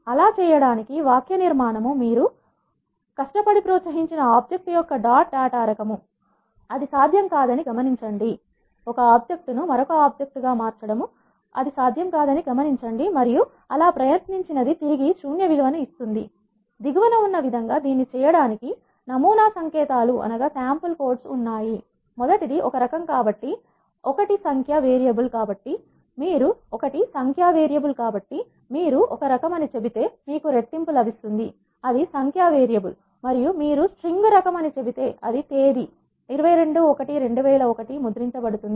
అలా చేయటానికి వాక్యనిర్మాణం మీరు కష్టపడి ప్రోత్సహించిన ఆబ్జెక్ట్ యొక్క డాట్ డేటా రకం అది సాధ్యం కాదని గమనించండి మరియు అలా ప్రయత్నించినది తిరిగి శూన్య విలువను ఇస్తుంది దిగువన ఉన్న విధంగా దీన్ని చేయడానికి నమునా సంకేతాలు ఉన్నాయి మొదటిది ఒక రకం కాబట్టి 1 సంఖ్య వేరియబుల్ కాబట్టి మీరు రకం అని చెబితే మీకు రెట్టింపు లభిస్తుందిఅది సంఖ్య వేరియబుల్ మరియు మీరు స్ట్రింగ్ రకం అని చెబితే అది 22 1 2001 ముద్రించబడుతుంది